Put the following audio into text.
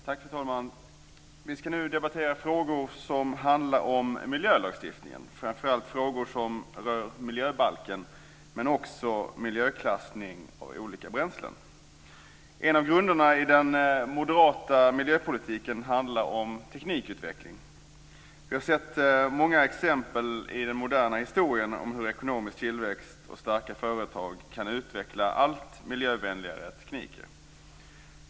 Fru talman! Vi ska nu debattera frågor som handlar om miljölagstiftningen, framför allt frågor som rör miljöbalken men också miljöklassning av olika bränslen. En av grunderna i den moderata miljöpolitiken handlar om teknikutveckling. Vi har sett många exempel i den moderna historien på hur ekonomisk tillväxt och starka företag kan utveckla allt miljövänligare tekniker.